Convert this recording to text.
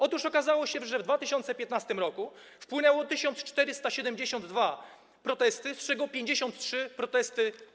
Otóż okazało się, że w 2015 r. wpłynęły 1472 protesty, z czego uwzględniono 53 protesty.